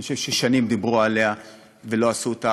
אני חושב ששנים דיברו עליה ולא עשו אותה.